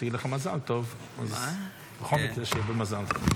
מזכיר הכנסת, נא לסכם.